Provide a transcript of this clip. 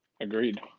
Agreed